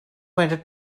minded